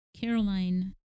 Caroline